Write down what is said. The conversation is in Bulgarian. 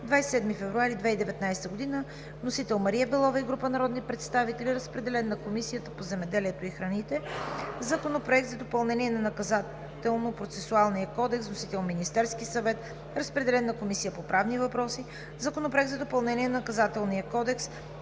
27 февруари 2019 г. Вносители – Мария Белова и група народни представители. Разпределен е на Комисията по земеделието и храните. Законопроект за допълнение на Наказателно-процесуалния кодекс. Вносител – Министерският съвет. Разпределен е на Комисията по правни въпроси. Законопроект за допълнение на Наказателния кодекс.